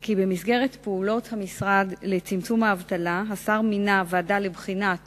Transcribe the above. כי במסגרת פעולות המשרד לצמצום האבטלה מינה השר ועדה לבחינת